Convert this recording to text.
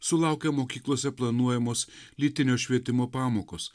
sulaukę mokyklose planuojamos lytinio švietimo pamokos